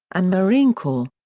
and marine corps.